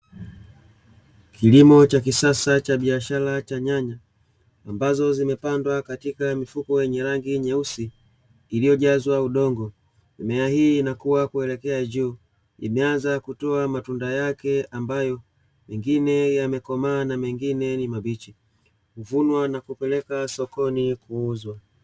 Kilimo cha kisasa cha biashara cha nyanya, ambazo zimepandwa katika mifuko yenye rangi nyeusi iliyojazwa udongo. Mimea hii inakua kuelekea juu, imeanza kutoa matunda yake ambayo, mengine yamekomaa na mengine ni mabichi. Huvunwa na kepeleka sokoni kuuzwa.